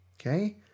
okay